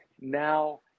now